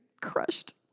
crushed